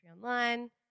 online